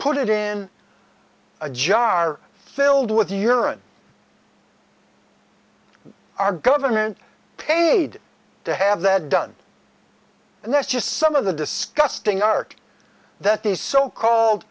put it in a jar filled with urine our government paid to have that done and that's just some of the disgusting art that these so called